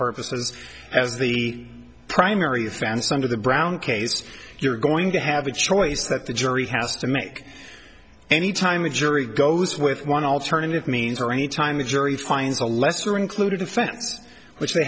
purposes as the primary found some of the brown cases you're going to have a choice that the jury has to make any time a jury goes with one alternative means or any time the jury finds a lesser included offense which they